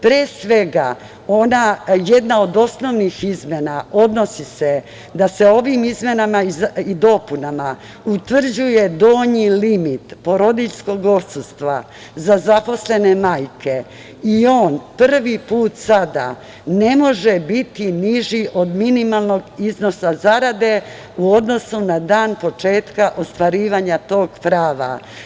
Pre svega, jedna od osnovnih izmena odnosi se da se ovim izmenama i dopunama utvrđuje donji limit porodiljskog odsustva za zaposlene majke i on prvi put sada ne može biti niži od minimalnog iznosa zarade u odnosu na dan početka ostvarivanja tog prava.